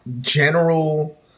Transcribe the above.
general